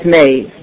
made